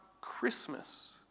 Christmas